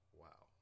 wow